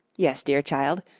yes, dear child.